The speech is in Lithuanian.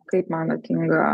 kaip manot inga